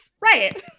right